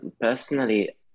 Personally